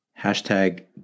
Hashtag